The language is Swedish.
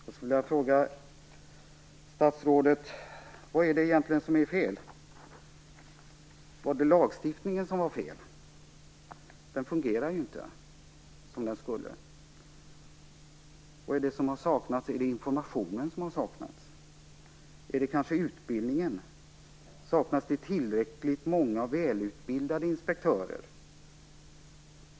Jag skulle vilja fråga statsrådet: Vad är det egentligen som är fel? Var det lagstiftningen som det var fel på? Den fungerar ju inte som den skulle. Vad är det som har saknats? Är det informationen? Är det kanske utbildningen? Saknas det välutbildade inspektörer?